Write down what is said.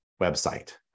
website